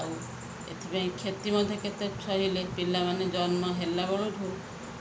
ଆଉ ଏଥିପାଇଁ କ୍ଷତି ମଧ୍ୟ କେତେ ସହିଲେ ପିଲାମାନେ ଜନ୍ମ ହେଲା ବେଳ ଠୁ